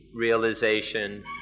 realization